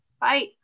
Bye